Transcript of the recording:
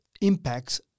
impacts